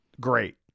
great